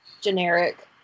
generic